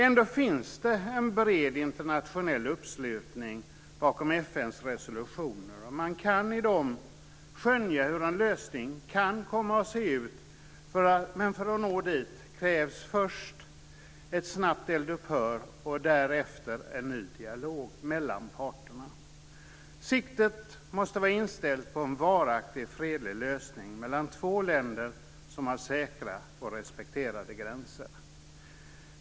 Ändå finns det en bred internationell uppslutning bakom FN:s resolutioner, och man kan i dem skönja hur en lösning kan komma att se ut. Men för att nå dit krävs först ett snabbt eldupphör och därefter en ny dialog mellan parterna. Siktet måste vara inställt på en varaktig, fredlig lösning mellan två länder som har säkra och respekterade gränser.